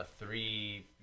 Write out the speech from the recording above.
three